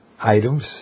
items